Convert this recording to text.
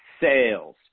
sales